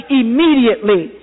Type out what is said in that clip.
immediately